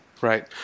Right